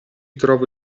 trovo